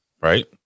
right